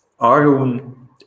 Arun